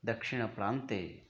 दक्षिणप्रान्ते